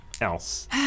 else